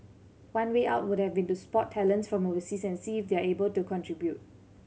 one way out would have been to spot talents from overseas and see if they're able to contribute